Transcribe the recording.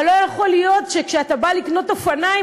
אבל לא יכול להיות שכשאתה בא לקנות אופניים,